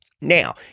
Now